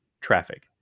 traffic